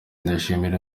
ndashimira